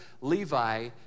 Levi